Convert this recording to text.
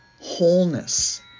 wholeness